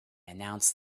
announced